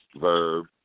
Verb